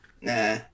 Nah